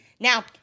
Now